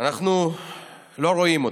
אנחנו לא רואים אותם.